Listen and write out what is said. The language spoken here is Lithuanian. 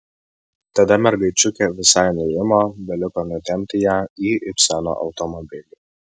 tada mergaičiukė visai nurimo beliko nutempti ją į ibseno automobilį